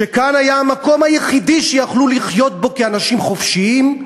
כשכאן היה המקום היחידי שהם יכלו לחיות בו כאנשים חופשיים,